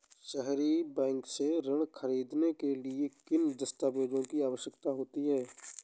सहरी बैंक से ऋण ख़रीदने के लिए किन दस्तावेजों की आवश्यकता होती है?